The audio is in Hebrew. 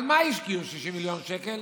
על מה השקיעו 60 מיליון שקל?